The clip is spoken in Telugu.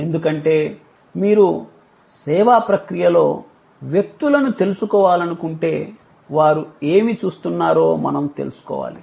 ఎందుకంటే మీరు సేవా ప్రక్రియలో వ్యక్తులను తెలుసుకోవాలనుకుంటే వారు ఏమి చూస్తున్నారో మనము తెలుసుకోవాలి